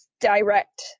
direct